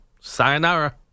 sayonara